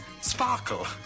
sparkle